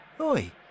Oi